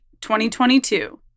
2022